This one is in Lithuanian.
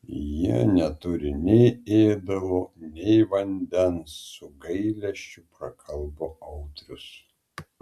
jie neturi nei ėdalo nei vandens su gailesčiu prakalbo audrius